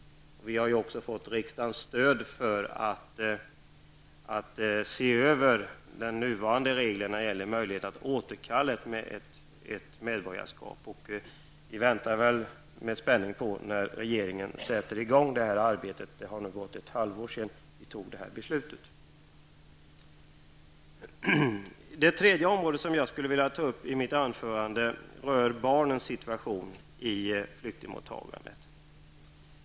Vi har också fått riksdagens stöd för en översyn av de nuvarande reglerna när det gäller möjlighet att återkalla ett medborgarskap. Vi väntar med spänning på när regeringen skall sätta i gång arbetet. Det har gått ett halvt år sedan beslutet fattades. Det tredje område jag vill ta upp rör barnens situation i flyktingmottagandet.